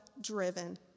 driven